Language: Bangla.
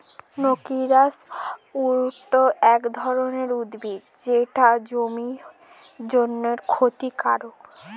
নক্সিয়াস উইড এক ধরনের উদ্ভিদ যেটা জমির জন্যে ক্ষতিকারক